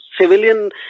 civilian